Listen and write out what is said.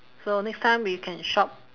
so next time we can shop